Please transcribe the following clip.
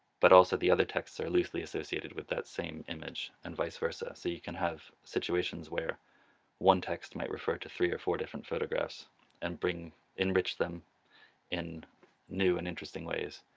but also the other texts are loosely associated with that same image and vice versa, so you can have situations where one text might refer to three or four different photographs and enrich them in new and interesting ways.